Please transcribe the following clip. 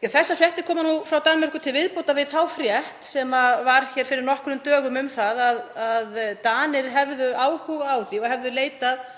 Þessar fréttir koma nú frá Danmörku til viðbótar við þá frétt sem var hér fyrir nokkrum dögum um að Danir hefðu áhuga á því og hefðu leitað,